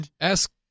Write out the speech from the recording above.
ask